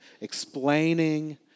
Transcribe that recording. explaining